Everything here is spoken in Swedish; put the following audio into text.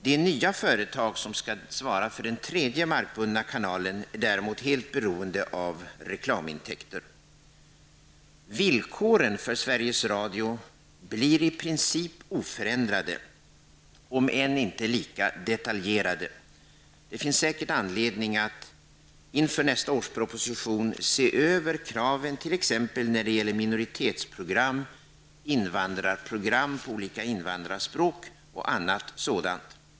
Det nya företag som skall svara för den tredje markbundna kanalen blir däremot helt beroende av reklamintäkter. Villkoren för Sveriges Radio förblir i princip oförändrade, om än inte lika detaljerade. Det finns säkert anledning att inför nästa års proposition se över kraven t.ex. när det gäller minoritetsprogram, invandrarprogram på olika invandrarspråk och annat sådant.